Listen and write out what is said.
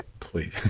please